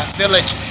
village